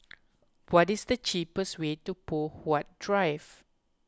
what is the cheapest way to Poh Huat Drive